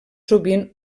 sovint